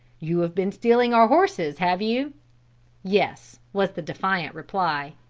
you have been stealing our horses, have you yes, was the defiant reply.